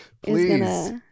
Please